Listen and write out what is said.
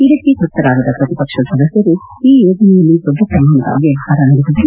ಇದಕ್ಕೆ ತೃಪ್ತರಾಗದ ಪ್ರತಿಪಕ್ಷ ಸದಸ್ಯರು ಈ ಯೋಜನೆಯಲ್ಲಿ ದೊಡ್ಡಪ್ರಮಾಣದ ಅವ್ಯವಹಾರ ನಡೆದಿದೆ